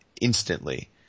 instantly